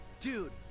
Dude